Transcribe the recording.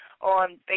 on